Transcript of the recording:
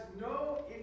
no